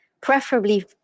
preferably